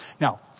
Now